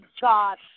God